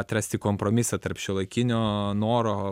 atrasti kompromisą tarp šiuolaikinio noro